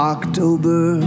October